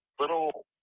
little